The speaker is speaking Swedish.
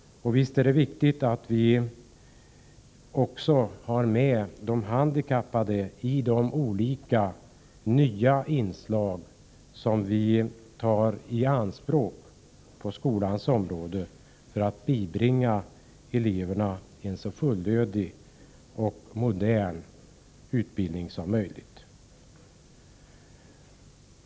Visst är det viktigt att vi också har med de handikappade eleverna i de nya undervisningsinslag som tas i anspråk på skolans område för att bibringa eleverna en så fullödig och modern utbildning som möjligt!